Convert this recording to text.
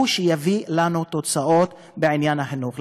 הם שיביאו לנו תוצאות בעניין החינוך.